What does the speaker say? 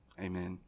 Amen